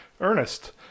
Ernest